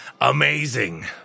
amazing